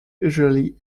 usually